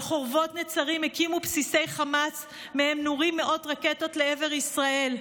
על חורבות נצרים הקימו בסיסי חמאס שמהם נורות מאות רקטות לעבר ישראל,